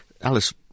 Alice